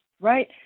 right